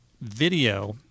video